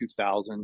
2000